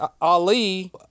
Ali